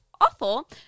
awful